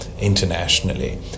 internationally